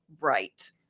right